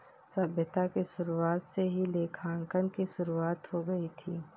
सभ्यता की शुरुआत से ही लेखांकन की शुरुआत हो गई थी